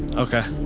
okay.